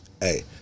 hey